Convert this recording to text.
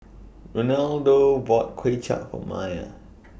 Renaldo bought Kuay Chap For Myer